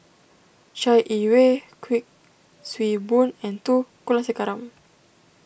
Chai Yee Wei Kuik Swee Boon and two Kulasekaram